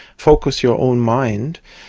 focus your own mind.